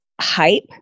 hype